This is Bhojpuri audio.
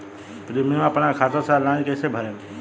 प्रीमियम अपना खाता से ऑनलाइन कईसे भरेम?